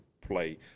play